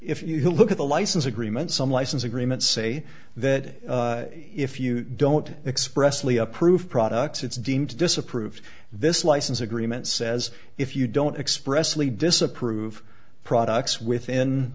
if you look at the license agreement some license agreements say that if you don't expressively approve products it's deemed to disapprove this license agreement says if you don't expressly disapprove products within